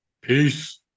Peace